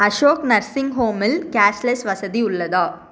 Ashok nursing ஹோமில் cashless வசதி உள்ளதா